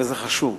וזה חשוב.